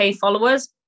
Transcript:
followers